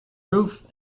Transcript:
roof